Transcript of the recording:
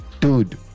Dude